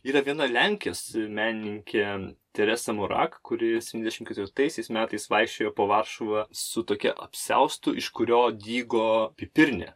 yra viena lenkijos menininkė teresa murak kuri spetyndešim ketvirtaisiais metais vaikščiojo po varšuvą su tokia apsiaustu iš kurio dygo pipirnė